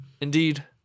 Indeed